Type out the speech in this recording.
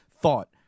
thought